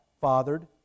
fathered